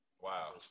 Wow